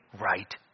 right